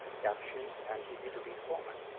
captioning, and easy-to-read format.